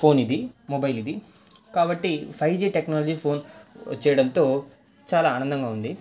phone ఇది mobile ఇది కాబట్టి ఫైవ్ జీ టెక్నాలజీ ఫోన్ వచ్చేయడంతో చాలా ఆనందంగా ఉంది